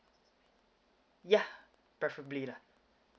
yeah preferably lah